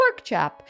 Porkchop